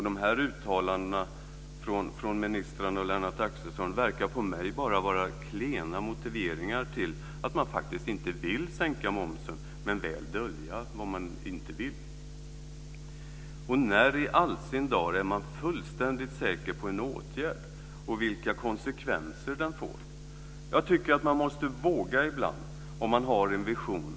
De här uttalandena från ministrarna och Lennart Axelsson verkar på mig bara vara klena motiveringar till att man faktiskt inte vill sänka momsen, men väl dölja vad man inte vill. När i all sin dar är man fullständigt säker på en åtgärd och vilka konsekvenser den får. Jag tycker att man måste våga ibland om man har en vision.